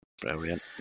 Brilliant